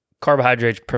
carbohydrates